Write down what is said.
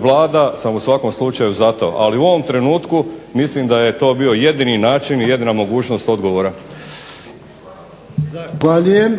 vlada sam u svakom slučaju za to. Ali u ovom trenutku mislim da je to bio jedini način i jedina mogućnost odgovora. **Jarnjak, Ivan (HDZ)** Zahvaljujem.